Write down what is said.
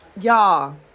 Y'all